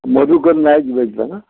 मधूकर नायज उलयता